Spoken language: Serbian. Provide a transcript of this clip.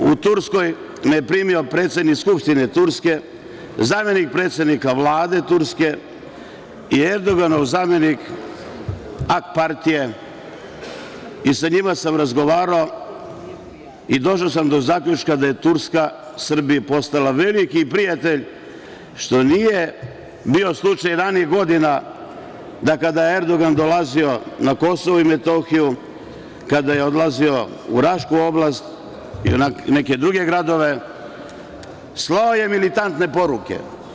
U Turskoj me je primio predsednik skupštine Turske, zamenik predsednika Vlade Turske, i Erdoganov zamenik Ak partije i sa njima sa razgovarao i došao sam do zaključka da je Turska Srbiji postala veliki prijatelj, što nije bio slučaj ranijih godina da kada je Erdogan dolazio na KiM, kada je odlazio u Rašku oblast i neke druge gradove slao je militantne poruke.